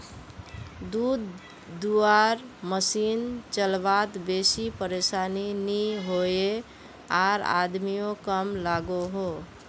दूध धुआर मसिन चलवात बेसी परेशानी नि होइयेह आर आदमियों कम लागोहो